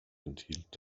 enthielt